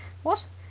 what?